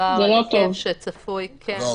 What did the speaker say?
מדובר על --- שצפוי כן --- לא,